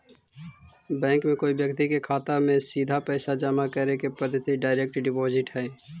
bank में कोई व्यक्ति के खाता में सीधा पैसा जमा करे के पद्धति डायरेक्ट डिपॉजिट हइ